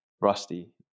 rusty